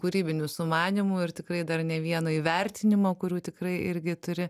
kūrybinių sumanymų ir tikrai dar ne vieno įvertinimo kurių tikrai irgi turi